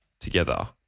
together